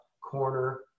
corner